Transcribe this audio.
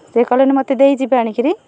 ସେ କଲୋନୀରେ ମୋତେ ଦେଇଯିବେ ଆଣିକରି